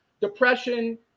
depression